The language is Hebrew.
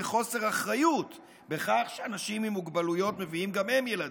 חוסר אחריות בכך שאנשים עם מוגבלויות מביאים גם הם ילדים.